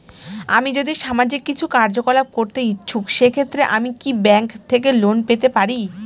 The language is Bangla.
আমি যদি সামাজিক কিছু কার্যকলাপ করতে ইচ্ছুক সেক্ষেত্রে আমি কি ব্যাংক থেকে লোন পেতে পারি?